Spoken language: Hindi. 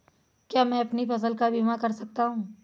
क्या मैं अपनी फसल का बीमा कर सकता हूँ?